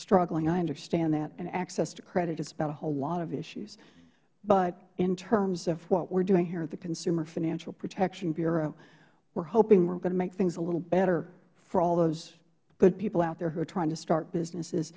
struggling i understand that and access to credit is about a whole lot of issues but in terms of what we are doing here at the consumer financial protection bureau we are hoping we are going to make things a little better for all those good people out there who are trying to start businesses